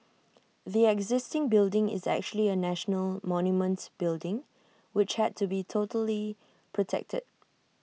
the existing building is actually A national monument building which had to be totally protected